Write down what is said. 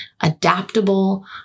adaptable